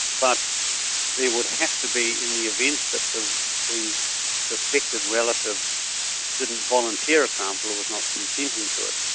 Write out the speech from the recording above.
but there would have to be, in the event that the the suspected relative didn't volunteer a sample or was not consenting to it,